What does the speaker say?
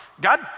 God